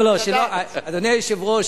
אדוני היושב-ראש,